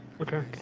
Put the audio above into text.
Okay